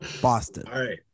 Boston